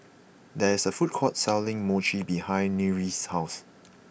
there is a food court selling Mochi behind Nyree's house